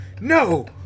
no